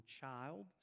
child